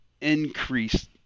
increase